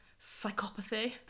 psychopathy